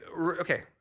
Okay